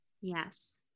Yes